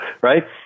Right